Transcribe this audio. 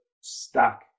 stuck